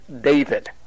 David